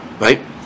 right